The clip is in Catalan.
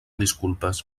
disculpes